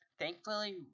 Thankfully